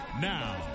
Now